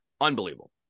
Unbelievable